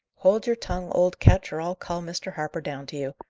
hold your tongue, old ketch, or i'll call mr. harper down to you.